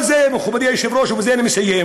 כל זה, מכובדי היושב-ראש, ובזה אני מסיים